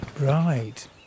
right